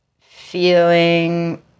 feeling